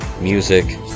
music